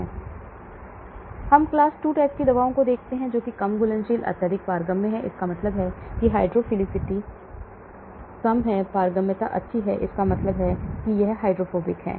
अब हम class 2 type की दवाओं को देखते हैं कम घुलनशीलता अत्यधिक पारगम्य है इसका मतलब है कि यह हाइड्रोफिलिसिटी कम है पारगम्यता अच्छी है इसका मतलब है कि यह हाइड्रोफोबिक है